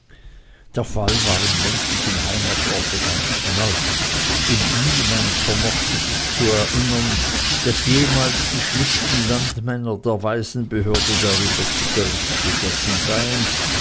der fall war im ländlichen heimatorte ganz neu und niemand vermochte sich zu erinnern daß jemals die schlichten landmänner der waisenbehörde darüber zu gericht gesessen seien